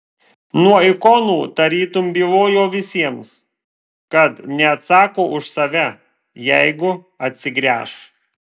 nuo ikonų tarytum bylojo visiems kad neatsako už save jeigu atsigręš